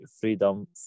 freedom